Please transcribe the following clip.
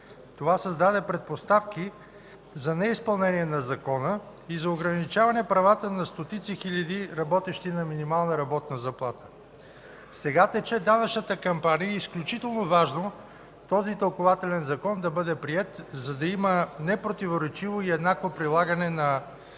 Това създаде предпоставки за неизпълнение на Закона и за ограничаване правата на стотици хиляди, работещи на минимална работна заплата. Сега тече данъчната кампания и е изключително важно този тълкувателен закон да бъде приет, за да има непротиворечиво и еднакво прилагане на Закона